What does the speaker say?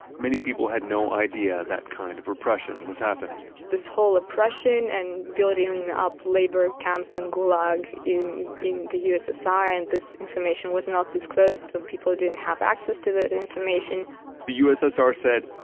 many people had no idea that kind of oppression was happening this whole oppression and building up labor camps and gulag in in the ussr and this information was not disclosed so people didn't have access to that information the ussr said,